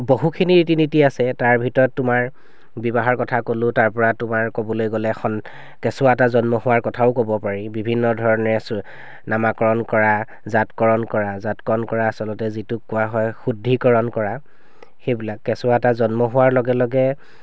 বহুখিনি ৰীতি নীতি আছে তাৰ ভিতৰত তোমাৰ বিবাহৰ কথা ক'লো তাৰপৰা তোমাৰ ক'বলৈ গ'লে সন কেঁচুৱা এটা জন্ম হোৱাৰ কথাও ক'ব পাৰি বিভিন্ন ধৰণে চো নামাকৰণ কৰা জাতকৰণ কৰা জাতকৰণ কৰা আচলতে যিটোক কোৱা হয় শুদ্ধিকৰণ কৰা সেইবিলাক কেঁচুৱা এটা জন্ম হোৱাৰ লগে লগে